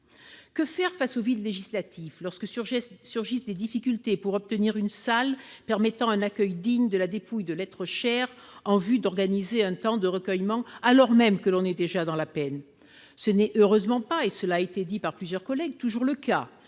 que faire face au vide législatif lorsque surgissent surgissent des difficultés pour obtenir une salle permettant un accueil digne de la dépouille de l'être cher en vue d'organiser un temps de recueillement alors même que l'on est déjà dans la peine, ce n'est heureusement pas, et cela a été dit par plusieurs collègues toujours le cas,